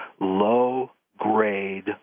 low-grade